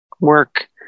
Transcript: work